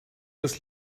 das